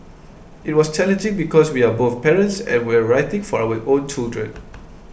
it was challenging because we are both parents and we're writing for our own children